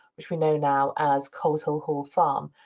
which we know now as coleshill hall farm.